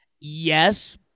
Yes